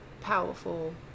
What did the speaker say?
powerful